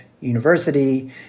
university